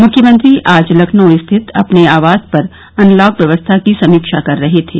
मुख्यमंत्री आज लखनऊ स्थित अपने आवास पर अनलॉक व्यवस्था की समीक्षा कर रहे थे